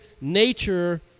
nature